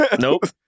Nope